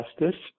justice